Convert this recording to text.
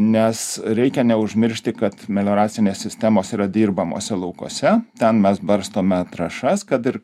nes reikia neužmiršti kad melioracinės sistemos yra dirbamuose laukuose ten mes barstome trąšas kad ir